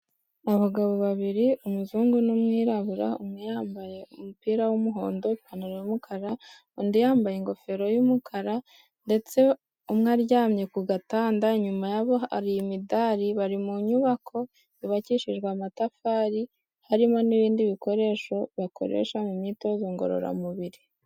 Abagabo babiri umuzungu n'umwirabura, umwe yambaye umupira w'umuhondo, ipantaro y'umukara, undi yambaye ingofero y'umukara ndetse umwe aryamye ku gatanda, inyuma yabo hari imidari, bari mu nyubako yubakishijwe amatafari harimo n'ibindi bikoresho bakoresha mu myitozo ngororamubiri.